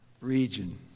region